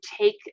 take